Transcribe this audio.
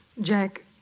Jack